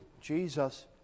Jesus